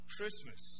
Christmas